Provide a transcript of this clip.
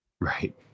Right